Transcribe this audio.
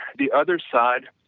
the other side